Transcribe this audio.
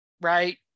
right